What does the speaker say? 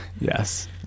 yes